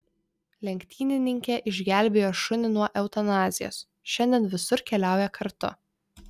lenktynininkė išgelbėjo šunį nuo eutanazijos šiandien visur keliauja kartu